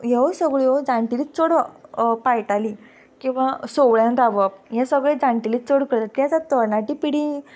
ह्यो सगळ्यो जाणटेली चड पाळटालीं किंंवां सोवळ्यान रावप हें सगळें जाणटेलीं चड करताली तेंच आतां तरणाटी पिडी